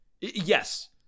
Yes